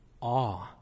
awe